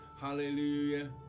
Hallelujah